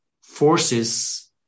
forces